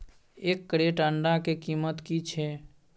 एक क्रेट अंडा के कीमत की छै?